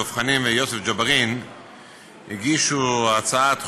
דב חנין ויוסף ג'בארין הגישו הצעת חוק,